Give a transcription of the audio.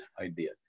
idea